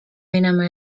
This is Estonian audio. minema